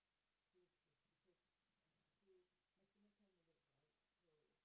to fif~ because uh to maximum ten minutes right so